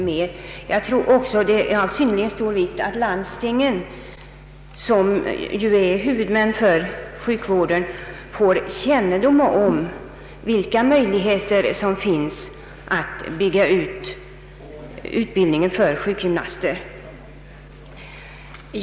Det är enligt min mening också viktigt att landstingen, som är huvudmän för sjukvården, får kännedom om vilka möjligheter som finns att bygga ut utbildningen av sjukgymnaster.